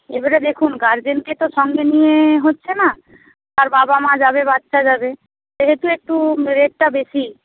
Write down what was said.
এবারে দেখুন গার্জেনকে তো সঙ্গে নিয়ে হচ্ছে না তার বাবা মা যাবে বাচ্চা যাবে সেহেতু একটু রেটটা বেশি